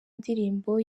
ndirimbo